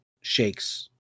Shakes